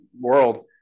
world